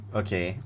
okay